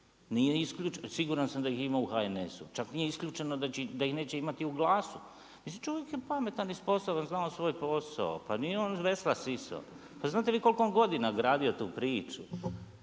Siguran sam da ih ima u HNS-u, čak nije isključeno da ih neće imati u GLAS-u, mislim čovjek je pametan i sposoban, zna on svoj posao, pa nije on vesla sisao. Znate vi koliko godina je gradio tu priču?